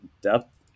depth